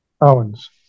Owens